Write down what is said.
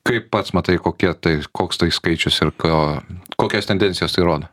kaip pats matai kokie tai koks tai skaičius ir ką kokias tendencijas tai rodo